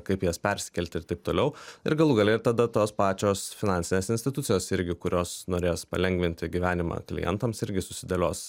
kaip jas persikelti ir taip toliau ir galų gale ir tada tos pačios finansinės institucijos kurios norės palengvinti gyvenimą klientams irgi susidėlios